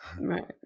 Right